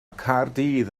caerdydd